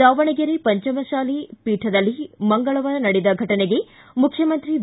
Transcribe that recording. ದಾವಣಗೆರೆ ಪಂಚಮಸಾಲಿ ಪೀಠದಲ್ಲಿ ಮಂಗಳವಾರ ನಡೆದ ಘಟನೆಗೆ ಮುಖ್ಯಮಂತ್ರಿ ಬಿ